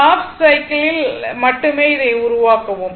half cycle ல் மட்டுமே இதை உருவாக்குவோம்